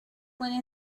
fue